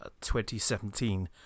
2017